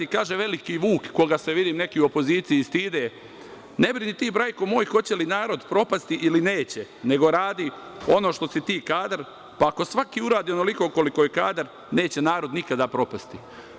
Kaže veliki Vuk, koga se, vidim, neki u opoziciji stide: „Ne brini ti, brajko moj, hoće li narod propasti ili neće, nego radi ono što si ti kadar, pa ako svako uradi onoliko koliko je kadar, neće narod nikada propasti“